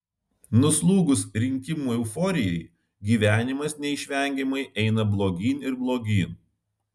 nuslūgus rinkimų euforijai gyvenimas neišvengiamai eina blogyn ir blogyn